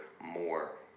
more